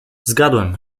zgadłem